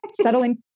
settling